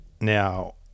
now